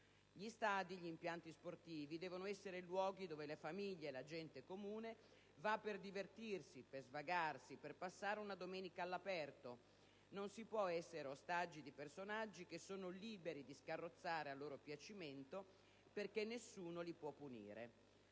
Gli stadi, gli impianti sportivi devono essere luoghi in cui le famiglie e la gente comune va per divertirsi, per svagarsi, per passare una domenica all'aperto. Non si può essere ostaggi di personaggi che sono liberi di scorrazzare a loro piacimento perché nessuno li può punire.